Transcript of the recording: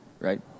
right